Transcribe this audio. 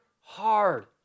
hard